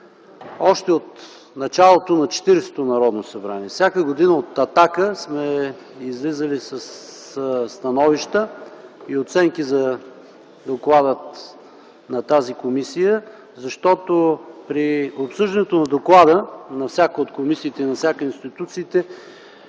От началото на 40-то Народно събрание всяка година от „Атака” сме излизали със становища и оценки за докладите на тази комисия. При обсъждането на доклада на всяка от комисиите и на всяка от институциите